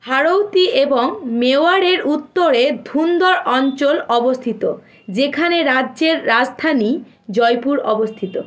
হাড়ৌতি এবং মেওয়ারের উত্তরে ধুন্ধর অঞ্চল অবস্থিত যেখানে রাজ্যের রাজধানী জয়পুর অবস্থিত